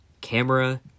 camera